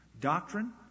Doctrine